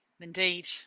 Indeed